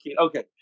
okay